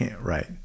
Right